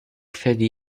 verlieh